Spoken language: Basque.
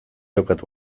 daukat